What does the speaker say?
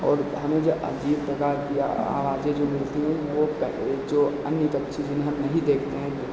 और हमें जो अजीब प्रकार की आवाज़ें जो मिलती है वह जो अन्य पक्षी जिन्हें हम नहीं देखते हैं